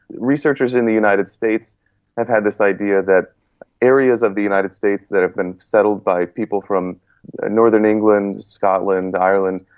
researchers in the united states have had this idea that areas of the united states that have been settled by people from northern england, scotland, ireland,